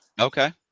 Okay